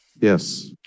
Yes